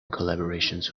collaborations